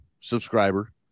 subscriber